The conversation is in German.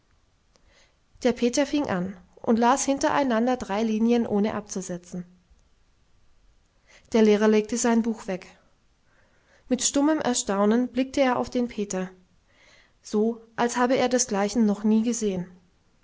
der peter fing an und las hintereinander drei linien ohne abzusetzen der lehrer legte sein buch weg mit stummem erstaunen blickte er auf den peter so als habe er desgleichen noch nie gesehen